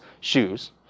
shoes